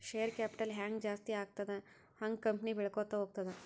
share capital ಹ್ಯಾಂಗ್ ಜಾಸ್ತಿ ಆಗ್ತದ ಹಂಗ್ ಕಂಪನಿ ಬೆಳ್ಕೋತ ಹೋಗ್ತದ